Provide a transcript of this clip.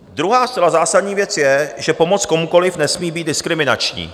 Druhá zcela zásadní věc je, že pomoc komukoliv nesmí být diskriminační.